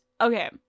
okay